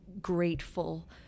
grateful